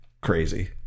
crazy